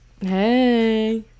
hey